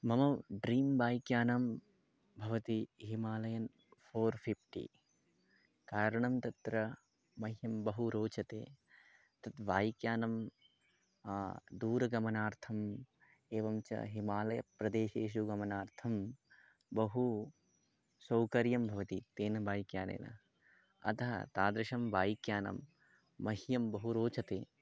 मम ड्रीम् बैक्यानं भवति हिमालयन् फ़ोर् फ़िफ़्टि कारणं तत्र मह्यं बहु रोचते तद् बैक्यानं दूरगमनार्थम् एवं च हिमालयप्रदेशेषु गमनार्थं बहु सौकर्यं भवति तेन बैक्यानेन अतः तादृशं बैक्यानं मह्यं बहु रोचते